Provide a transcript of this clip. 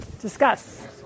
discuss